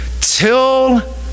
till